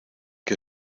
que